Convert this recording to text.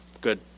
good